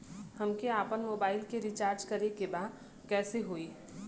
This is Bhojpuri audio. हमके आपन मोबाइल मे रिचार्ज करे के बा कैसे होई?